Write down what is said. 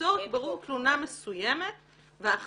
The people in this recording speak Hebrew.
לצורך בירור תלונה מסוימת והאחראית